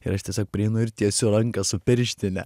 ir aš tiesiog prieinu ir tiesiu ranką su pirštine